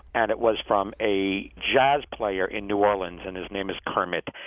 and it was from a jazz player in new orleans and his name is kermit.